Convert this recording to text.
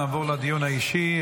נעבור לדיון האישי.